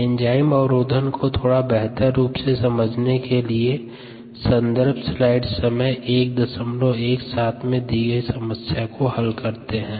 enzyme अवरोधन को थोड़ा बेहतर रूप से समझने के लिए सन्दर्भ स्लाइड समय 0117 में दी गयी समस्या को हल करते है